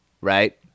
right